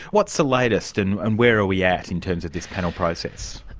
what's the latest, and and where are we at in terms of this panel process?